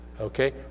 okay